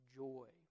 joy